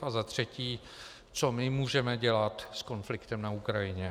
A za třetí, co my můžeme dělat s konfliktem na Ukrajině.